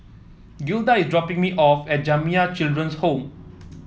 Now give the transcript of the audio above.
Gilda is dropping me off at Jamiyah Children's Home